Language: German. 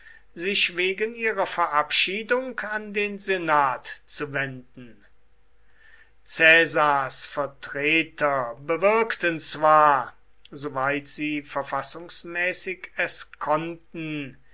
sich wegen ihrer verabschiedung an den senat zu wenden caesars vertreter bewirkten zwar soweit sie verfassungsmäßig es konnten